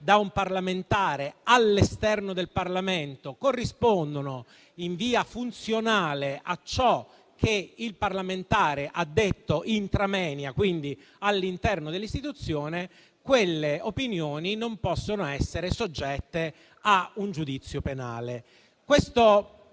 da un parlamentare all'esterno del Parlamento corrispondono in via funzionale a ciò che egli ha detto *intra moenia*, quindi all'interno dell'istituzione, quelle opinioni non possono essere soggette a un giudizio penale.